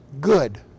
good